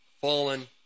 fallen